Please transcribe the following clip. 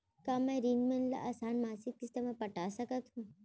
का मैं ऋण मन ल आसान मासिक किस्ती म पटा सकत हो?